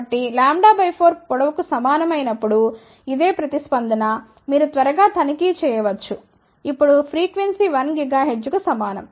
కాబట్టి λ 4 పొడవు కు సమానమై నప్పుడు ఇదే ప్రతిస్పందన మీరు త్వరగా తనిఖీ చేయ వచ్చు ఇప్పుడు ఫ్రీక్వెన్సీ 1 GHz కు సమానం